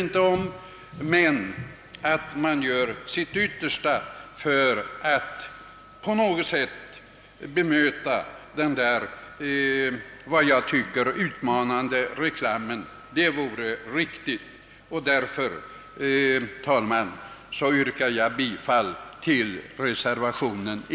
Men det är riktigt att man gör sitt yttersta för att på något sätt bemöta den som jag anser utmanande reklamen. Därför, herr talman, yrkar jag bifall till reservation I.